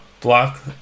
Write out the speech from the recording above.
block